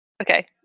Okay